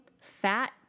fat